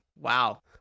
wow